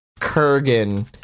Kurgan